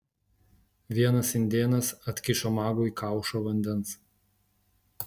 vienas indėnas atkišo magui kaušą vandens